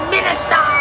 Minister